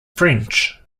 french